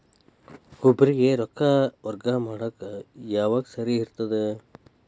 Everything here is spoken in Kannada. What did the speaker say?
ಒಬ್ಬರಿಗ ರೊಕ್ಕ ವರ್ಗಾ ಮಾಡಾಕ್ ಯಾವಾಗ ಸರಿ ಇರ್ತದ್?